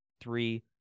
three